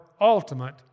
ultimate